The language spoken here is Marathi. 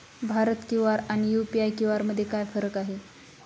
भारत क्यू.आर आणि यू.पी.आय क्यू.आर मध्ये काय फरक आहे?